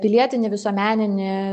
pilietinį visuomeninį